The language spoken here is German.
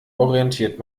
orientiert